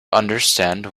understand